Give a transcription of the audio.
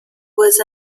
with